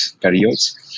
periods